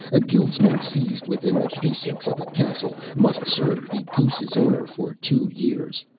a guildsman seized within the precincts of a castle must serve the goose's owner for two years.